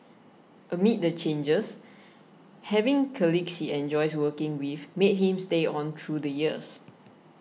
amid the changes having colleagues he enjoys working with made him stay on through the years